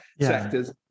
sectors